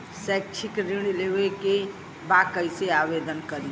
शैक्षिक ऋण लेवे के बा कईसे आवेदन करी?